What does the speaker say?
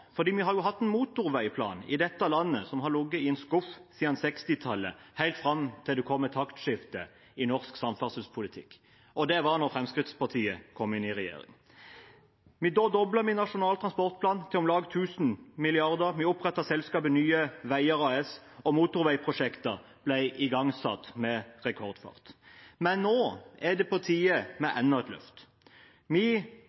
vi har hatt en motorveiplan for dette landet som har ligget i en skuff siden 1960-tallet, helt fram til det kom et taktskifte i norsk samferdselspolitikk, og det var da Fremskrittspartiet kom inn i regjering. Da doblet vi Nasjonal transportplan til om lag 1 000 mrd. kr, vi opprettet selskapet Nye Veier AS og motorveiprosjekter ble igangsatt i rekordfart. Men nå er det på tide med